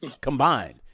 combined